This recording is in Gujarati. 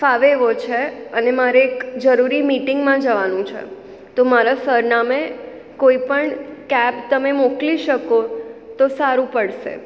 ફાવે એવો છે અને મારે એક જરૂરી મિટિંગમાં જવાનું છે તો મારા સરનામે કોઈ પણ કેબ તમે મોકલી શકો તો સારું પડશે